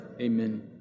Amen